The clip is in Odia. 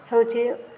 ହେଉଛି